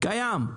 זה קיים,